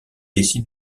décide